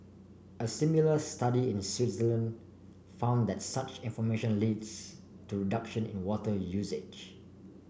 a similar study in Switzerland found that such information leads to reduction in water usage